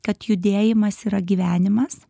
kad judėjimas yra gyvenimas